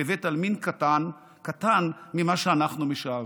בבית עלמין קטן ממה שאנחנו משערים.